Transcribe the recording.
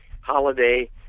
holiday